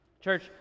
Church